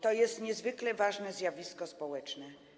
To jest niezwykle ważne zjawisko społeczne.